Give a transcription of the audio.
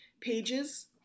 pages